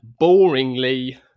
boringly